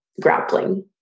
grappling